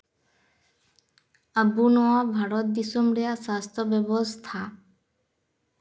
ᱟᱵᱚ ᱱᱚᱣᱟ ᱵᱷᱟᱨᱚᱛ ᱫᱤᱥᱚᱢ ᱨᱮᱭᱟᱜ ᱥᱟᱥᱛᱷᱚ ᱵᱮᱵᱚᱥᱛᱷᱟ